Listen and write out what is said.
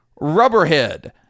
Rubberhead